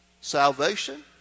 Salvation